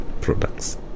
products